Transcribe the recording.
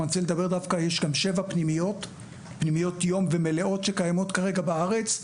יש שבע פנימיות יום ומלאות שקיימות כרגע בארץ.